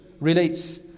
Relates